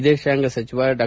ವಿದೇಶಾಂಗ ಸಚಿವ ಡಾ